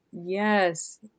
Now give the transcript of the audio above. Yes